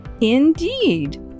Indeed